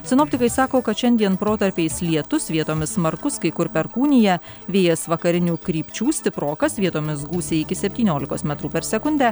sinoptikai sako kad šiandien protarpiais lietus vietomis smarkus kai kur perkūnija vėjas vakarinių krypčių stiprokas vietomis gūsiai iki septyniolikos metrų per sekundę